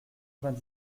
vingt